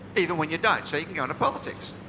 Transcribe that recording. even when you don't. so you can go into politics.